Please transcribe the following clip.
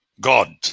God